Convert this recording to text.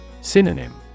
Synonym